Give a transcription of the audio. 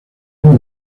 las